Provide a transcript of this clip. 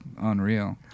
unreal